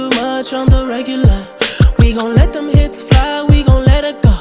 much on the regular we gone let them hits fly, we gone let it